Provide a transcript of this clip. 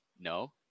no